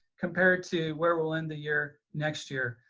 compared to where we'll end the year next year.